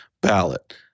ballot